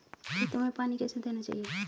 खेतों में पानी कैसे देना चाहिए?